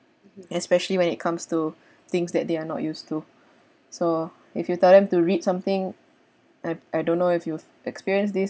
especially when it comes to things that they are not used to so if you tell them to read something I I don't know if you've experienced this